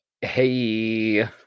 Hey